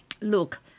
Look